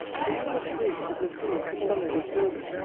various groups have refused to follow this ruling,